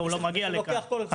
והוא לא מגיע לכאן.